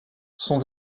sont